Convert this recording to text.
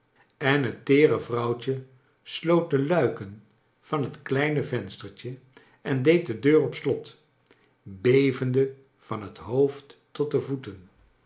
en het teere vrouwtje sloot de luiken van het kleine venstertje en deed d deur op slot bevende van het hoofd tot de voeten